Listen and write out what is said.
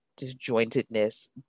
disjointedness